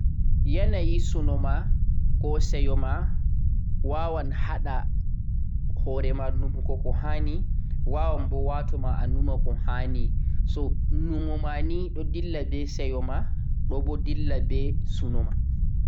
Yanayi sunoma ko seyoma wawan haɗa hore ma numuko kohani, wawan watuma numo koh hanai. Numo mani ɗon dilla be seyoma ko sunoma